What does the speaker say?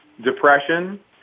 depression